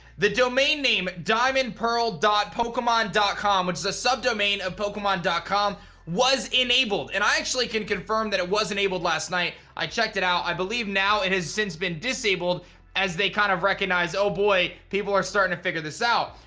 the domain name diamondpearl pokemon com which is a subdomain of pokemon dot com was enabled. and, i actually can confirm that it was enabled last night. i checked it out. i believe now it has since been disabled as they kind of recognize, oh boy. people are starting to figure this out.